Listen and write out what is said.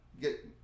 get